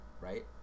right